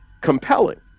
compelling